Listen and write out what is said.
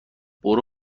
برو